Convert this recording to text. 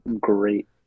great